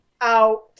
out